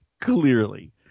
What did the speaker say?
clearly